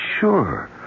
sure